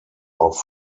auch